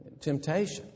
temptation